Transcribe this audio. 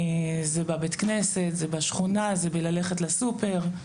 זה בבית-הכנסת, זה בשכונה, זה בללכת לסופר.